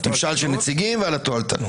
על ממשל של נציגים ועל תועלתנות